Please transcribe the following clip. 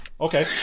okay